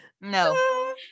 no